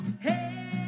Hey